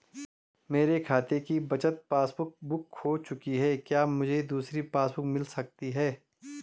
मेरे खाते की बचत पासबुक बुक खो चुकी है क्या मुझे दूसरी पासबुक बुक मिल सकती है?